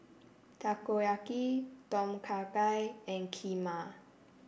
Takoyaki Tom Kha Gai and Kheema